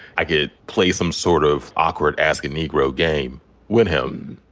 i could play some sort of awkward ask-a-negro game with him.